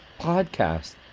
podcast